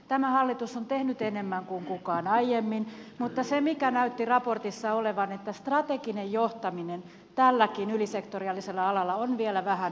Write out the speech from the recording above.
tämä hallitus on tehnyt enemmän kuin kukaan aiemmin mutta se näytti raportissa olevan että strateginen johtaminen tälläkin ylisektoriaalisella alalla on vielä vähän hukassa